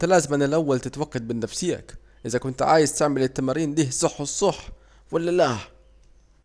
كان لازم الاول تتوكد من نفسيك، انت عايز تعمل التمارين ديه صح الصح ولا لاه